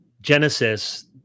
Genesis